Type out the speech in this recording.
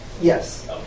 Yes